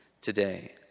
today